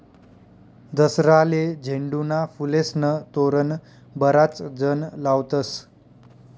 दसराले झेंडूना फुलेस्नं तोरण बराच जण लावतस